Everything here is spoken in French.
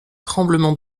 tremblements